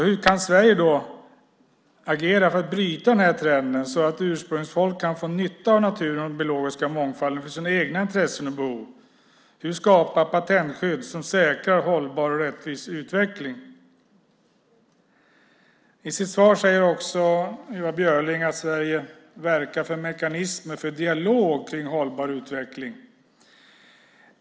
Hur kan Sverige då agera för att bryta den här trenden så att ursprungsfolk kan få nytta av naturen och den biologiska mångfalden för sina egna intressen och behov? Hur skapar man patentskydd som säkrar en hållbar och rättvis utveckling? I sitt svar säger också Ewa Björling att Sverige verkar för mekanismer för dialog kring hållbar utveckling.